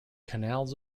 canals